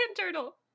turtle